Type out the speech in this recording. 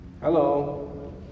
hello